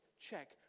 check